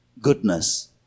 goodness